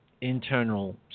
internal